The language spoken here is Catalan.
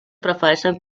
prefereixen